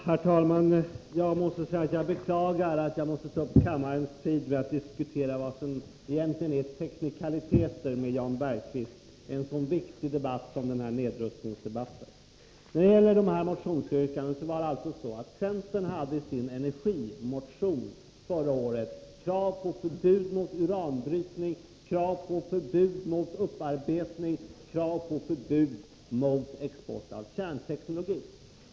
Herr talman! Jag beklagar att jag måste ta upp kammarens tid med att diskutera vad som egentligen är teknikaliteter med Jan Bergqvist i en så viktig debatt som denna nedrustningsdebatt. Centern har i sin energimotion förra året krävt förbud mot uranbrytning, upparbetning samt export av kärnteknologi.